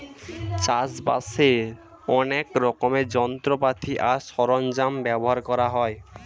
চাষবাসের অনেক রকমের যন্ত্রপাতি আর সরঞ্জাম ব্যবহার করা হয়